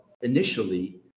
initially